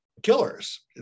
killers